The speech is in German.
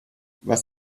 was